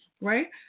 right